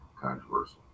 controversial